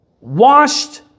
washed